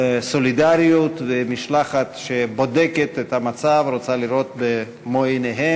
סולידריות שבודקת את המצב ורוצה לראות במו-עיניה.